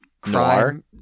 crime